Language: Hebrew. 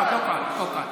למה השופט קבע שאתה שקרן?